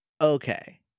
Okay